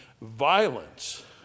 violence